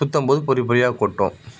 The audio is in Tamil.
சுற்றும் போது பொறி பொறியாக கொட்டும்